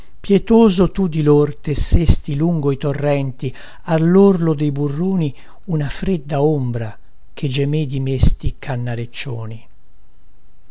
pietoso tu di lor tessesti lungo i torrenti allorlo dei burroni una fredda ombra che gemé di mesti cannareccioni